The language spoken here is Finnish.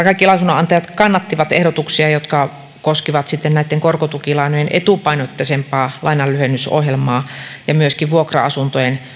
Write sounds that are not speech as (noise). (unintelligible) kaikki lausunnonantajat kannattivat ehdotuksia jotka koskivat korkotukilainojen etupainotteisempaa lainanlyhennysohjelmaa ja myöskin vuokra asuntojen